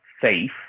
safe